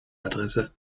adresse